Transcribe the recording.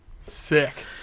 Sick